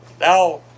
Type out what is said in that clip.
Now